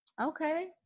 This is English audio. Okay